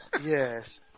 Yes